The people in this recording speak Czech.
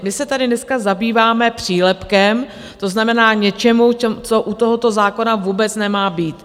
My se tady dneska zabýváme přílepkem, to znamená, něčím, co u tohoto zákona vůbec nemá být.